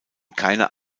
keiner